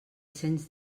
sents